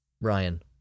Ryan